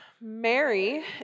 Mary